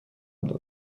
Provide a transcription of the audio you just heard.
داد